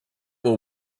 will